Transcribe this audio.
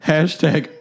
Hashtag